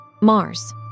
Mars